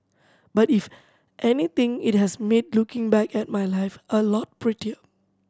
but if anything it has made looking back at my life a lot prettier